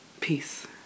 peace